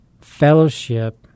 fellowship